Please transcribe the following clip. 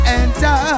enter